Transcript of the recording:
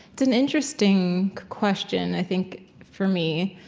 it's an interesting question, i think, for me.